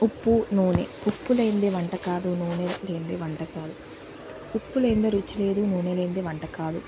ఉప్పు నూనె ఉప్పు లేనిదే వంట కాదు నూనె పోయ్యనిదే వంట కాదు ఉప్పు లేనిదే రుచి లేదు నూనె లేనిదే వంట కాదు